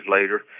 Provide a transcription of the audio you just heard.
later